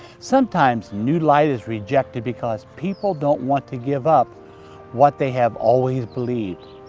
sometimes new light is rejected because people don't want to give up what they have always believed.